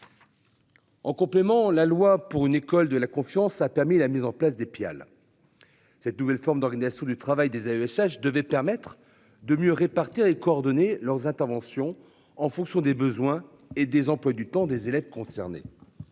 En complément, la loi pour une école de la confiance a permis la mise en place des pial. Cette nouvelle forme d'organisation du travail des AESH devait permettre de mieux répartir et coordonner leurs interventions en fonction des besoins et des emplois du temps des élèves concernés.